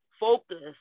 Focus